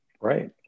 Right